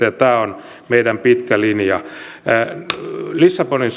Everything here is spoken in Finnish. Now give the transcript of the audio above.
ja puolustusyhteistyötä tämä on meidän pitkä linja lissabonin